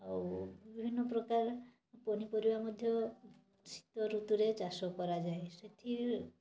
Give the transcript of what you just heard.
ଆଉ ବିଭିନ୍ନ ପ୍ରକାର ପନିପରିବା ମଧ୍ୟ ଶୀତ ଋତୁରେ ଚାଷ କରାଯାଏ ସେଥିରୁ